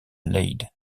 leyde